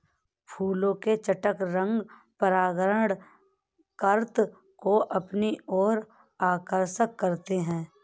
फूलों के चटक रंग परागणकर्ता को अपनी ओर आकर्षक करते हैं